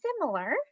similar